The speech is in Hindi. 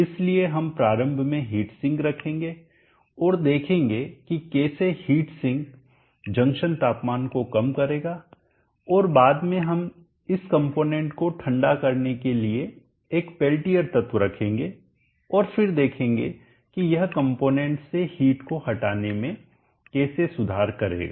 इसलिए हम प्रारंभ में हीट सिंक रखेंगे और देखेंगे कि कैसे हीट सिंक जंक्शन तापमान को कम करेगा और बाद में हम इस कंपोनेंट को ठंडा करने के लिए एक पेल्टियर तत्व रखेंगे और फिर देखेंगे कि यह कंपोनेंट से हीट को हटाने में कैसे सुधार करेगा